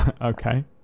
Okay